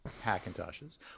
Hackintoshes